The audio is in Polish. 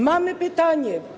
Mamy pytanie.